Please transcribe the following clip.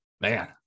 man